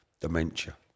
dementia